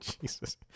Jesus